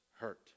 HURT